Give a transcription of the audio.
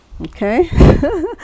Okay